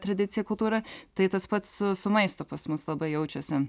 tradiciją kultūrą tai tas pats su su maistu pas mus labai jaučiasi